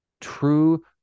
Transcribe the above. true